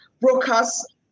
broadcast